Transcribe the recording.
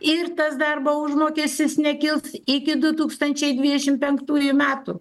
ir tas darbo užmokestis nekils iki du tūkstančiai dvidešimt penktųjų metų